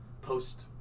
post